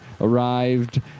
arrived